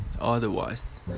otherwise